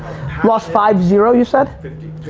lost five zero, you said? fifty,